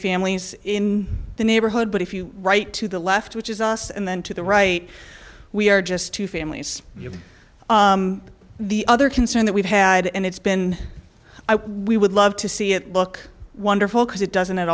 families in the neighborhood but if you write to the left which is us and then to the right we are just two families the other concern that we've had and it's been we would love to see it look wonderful because it doesn't at